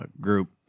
group